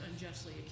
unjustly